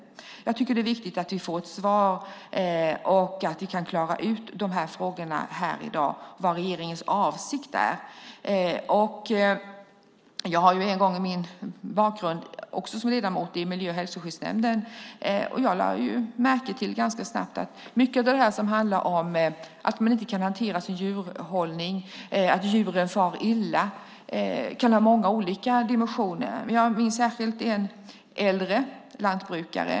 Jag tycker att det är viktigt att vi här i dag får ett svar och kan klara ut frågorna om vad regeringens avsikt är. Jag har en bakgrund som ledamot i miljö och hälsoskyddsnämnden, och jag lade ganska snabbt märke till att mycket av det som handlar om att man inte kan hantera sin djurhållning och att djuren far illa kan ha många olika dimensioner. Jag minns särskilt en äldre lantbrukare.